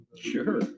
sure